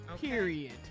Period